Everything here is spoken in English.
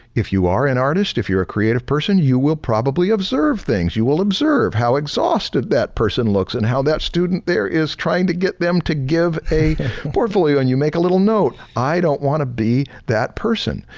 if you are an artist, if you're a creative person, you will probably observe things. you will observe how exhausted that person looks and how that student there is trying to get them to give a portfolio and you make a little note, i don't want to be that person.